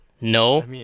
no